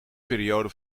periode